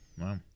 Wow